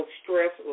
stress